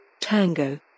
Tango